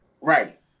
right